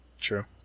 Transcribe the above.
true